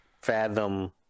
fathom